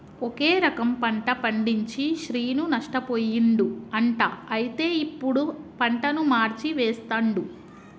ఒకే రకం పంట పండించి శ్రీను నష్టపోయిండు అంట అయితే ఇప్పుడు పంటను మార్చి వేస్తండు